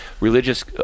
Religious